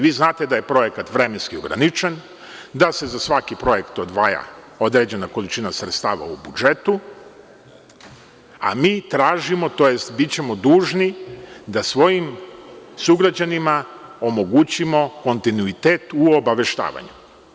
Vi znate da je projekat vremenski ograničen, da se za svaki projekat odvaja određena količina sredstava u budžetu, a mi tražimo, tj. bićemo dužni, da svojim sugrađanima omogućimo kontinuitet u obaveštavanju.